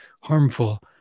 harmful